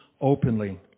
openly